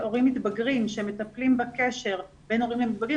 שהם מטפלים בקשר בין הורים למתבגרים.